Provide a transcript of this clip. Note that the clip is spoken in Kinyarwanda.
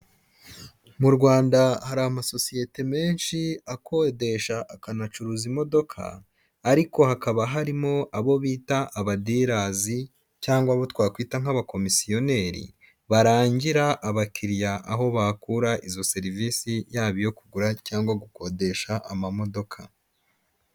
Mu rwanda hari amasosiyete menshi akodesha akanacuruza imodoka ariko hakaba harimo abo bita abadirazi cyangwa abo twakwita nk'abakomisiyoneri barangira abakiriya aho bakura izo serivisi yaba iyo kugura cyangwa gukodesha amamodoka.